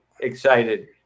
excited